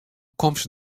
komst